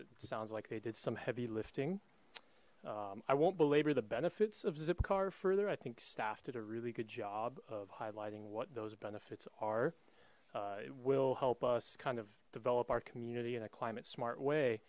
it sounds like they did some heavy lifting i won't belabor the benefits of zipcar further i think staff did a really good job of highlighting what those benefits are it will help us kind of develop our community in a climate smart way